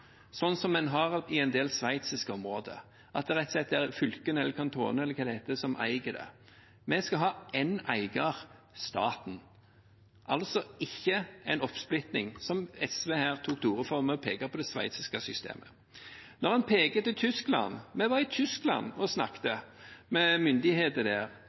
sånn som det er i en del sveitsiske områder, at det rett og slett er fylkene eller kantonene, eller hva det heter, som eier dem. Vi skal ha én eier, staten – ikke en oppsplitting, som SV tok til orde for ved å peke på det sveitsiske systemet. Når en peker på Tyskland: Vi var i Tyskland og snakket med myndigheter der.